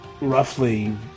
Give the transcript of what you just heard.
roughly